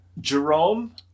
Jerome